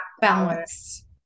balance